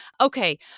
Okay